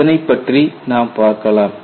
இதனைப் பற்றி நாம் பார்க்கலாம்